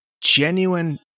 genuine